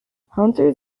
hunters